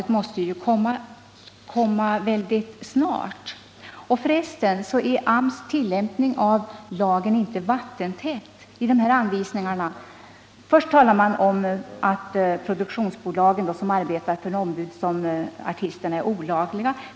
Det måste ju bli resultat väldigt snart. Förresten är AMS tillämpning av lagen genom de här anvisningarna inte vattentät. Först talar man om att produktionsbolagen som arbetar som ombud för artisterna är olagliga.